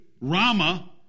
Rama